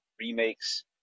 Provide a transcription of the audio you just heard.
remakes